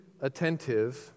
attentive